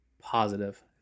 positive